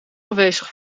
afwezig